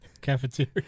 cafeteria